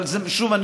אבל שוב,